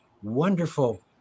wonderful